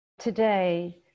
Today